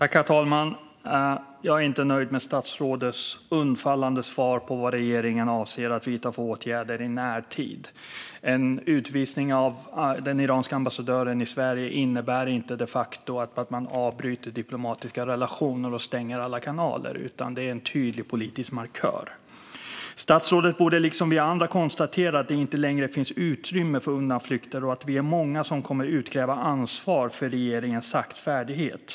Herr talman! Jag är inte nöjd med statsrådets undfallande svar om vad regeringen avser att vidta för åtgärder i närtid. En utvisning av den iranske ambassadören i Sverige innebär inte de facto att man bryter diplomatiska relationer och stänger alla kanaler, utan det är en tydlig politisk markör. Statsrådet borde liksom vi andra konstatera att det inte längre finns utrymme för undanflykter. Vi är många som kommer att utkräva ansvar för regeringens saktfärdighet.